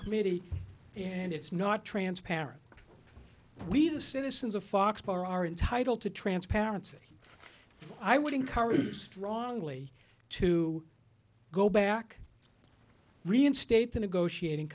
committee and it's not transparent we the citizens of fox power are entitled to transparency i would encourage strongly to go back reinstate the negotiating